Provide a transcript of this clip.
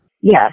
Yes